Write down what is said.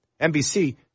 NBC